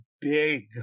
big